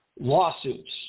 lawsuits